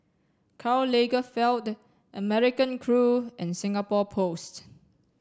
karl Lagerfeld American Crew and Singapore Post